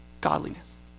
godliness